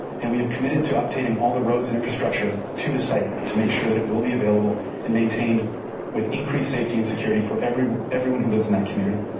and we have committed to updating all the roads and infrastructure to the site to make sure that it will be available and maintained with increased safety and security for everyone everyone who lives in that community.